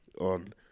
on